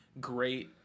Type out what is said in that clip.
great